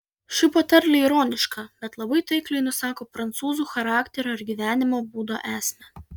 ši patarlė ironiška bet labai taikliai nusako prancūzų charakterio ir gyvenimo būdo esmę